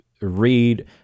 read